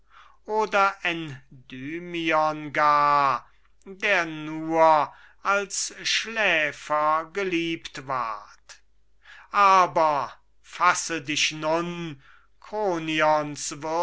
oder endymion gar der nur als schläfer geliebt ward aber fasse dich nun